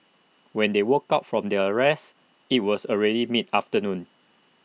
when they woke up from their rest IT was already mid afternoon